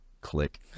click